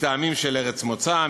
מטעמים של ארץ מוצא,